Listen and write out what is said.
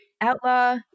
Outlaw